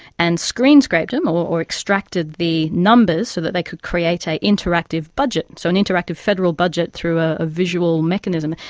and screen-scraped them or or extracted the numbers so that they could create an interactive budget, so an interactive federal budget through a visual mechanism,